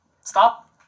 stop